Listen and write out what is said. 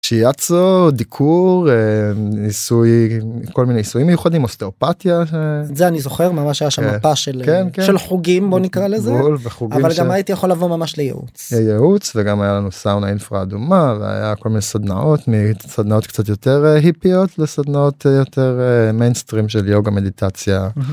שיאצו דיקור עיסוי כל מיני עיסויים מיוחדים אוסטאופתיה זה אני זוכר ממש היה שם מפה של חוגים בוא נקרא לזה אבל גם הייתי יכול לבוא ממש לייעוץ וגם היה לנו סאונה אינפרא אדומה והיה כל מיני סדנאות מסדנאות קצת יותר היפיות לסדנאות יותר מיינסטרים של יוגה מדיטציה.